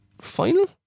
final